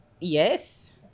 Yes